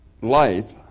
life